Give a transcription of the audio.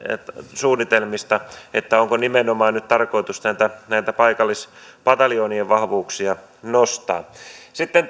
suunnitelmista onko nimenomaan nyt tarkoitus näitä paikallispataljoonien vahvuuksia nostaa sitten